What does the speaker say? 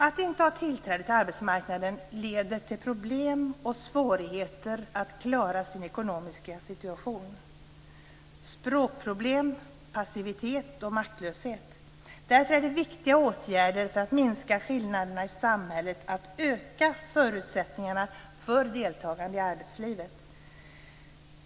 Att inte ha tillträde till arbetsmarknaden leder till problem och svårigheter att klara sin ekonomiska situation, till språkproblem, passivitet och maktlöshet. Därför är de viktigaste åtgärderna för att minska skillnaderna i samhället att öka förutsättningarna för deltagande i arbetslivet.